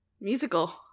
Musical